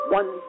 one